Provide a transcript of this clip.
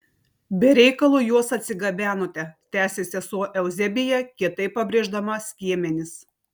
be reikalo juos atsigabenote tęsė sesuo euzebija kietai pabrėždama skiemenis